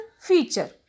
feature